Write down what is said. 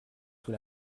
sous